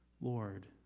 Lord